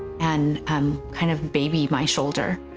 and kind of baby my shoulder,